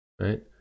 Right